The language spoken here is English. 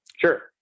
Sure